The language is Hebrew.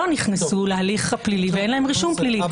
לא נכנסו להליך הפלילי ואין להם רישום פלילי.